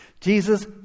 Jesus